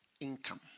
income